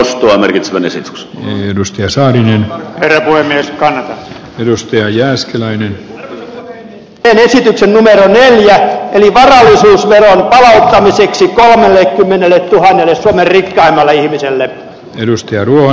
istua merkitsevän esityksen ylös ja sain pään edustajia jääskeläinen pölytyksen eli liki kymmenen metrin vähemmälle ihmiselle edusti ainoa